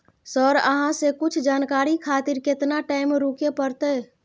Sir अहाँ से कुछ जानकारी खातिर केतना टाईम रुके परतें?